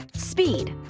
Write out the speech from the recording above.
speed.